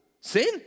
sin